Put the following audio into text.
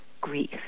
grief